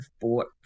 bought